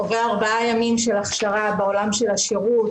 עובר ארבעה ימים של הכשרה בעולם של השירות,